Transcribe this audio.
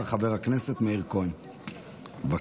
חבר הכנסת מאיר כהן, בבקשה.